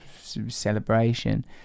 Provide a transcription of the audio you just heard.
celebration